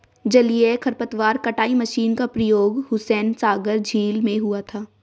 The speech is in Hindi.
जलीय खरपतवार कटाई मशीन का प्रयोग हुसैनसागर झील में हुआ था